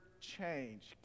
change